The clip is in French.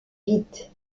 vite